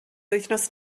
wythnos